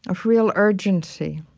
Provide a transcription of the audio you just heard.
ah real urgency,